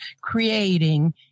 creating